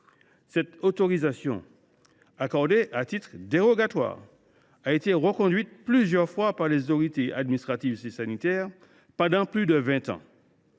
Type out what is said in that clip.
Cette autorisation, délivrée à titre dérogatoire, a été reconduite plusieurs fois par les autorités administratives et sanitaires pendant plus de vingt